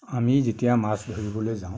আমি যেতিয়া মাছ ধৰিবলৈ যাওঁ